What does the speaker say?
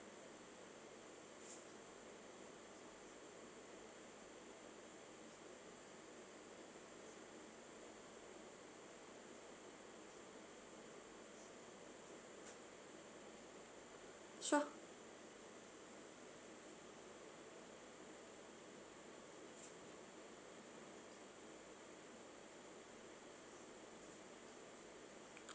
sure